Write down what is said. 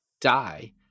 die